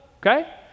okay